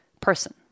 person